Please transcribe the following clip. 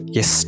Yes